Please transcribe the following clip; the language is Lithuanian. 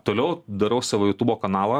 toliau darau savo jutubo kanalą